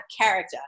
character